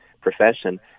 profession